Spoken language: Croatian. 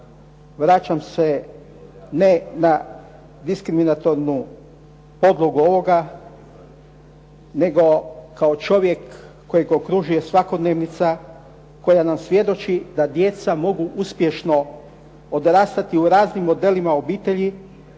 vraćam se ne na diskriminatornu podlogu ovoga, nego kao čovjek kojeg okružuje svakodnevnica koja nam svjedoči da djeca mogu uspješno odrastati u raznim modelima obitelji,